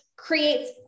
creates